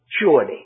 surely